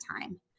time